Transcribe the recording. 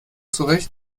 zurecht